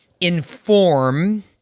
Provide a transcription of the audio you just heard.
inform